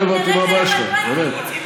לא הבנתי מה הבעיה שלך, באמת.